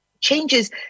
changes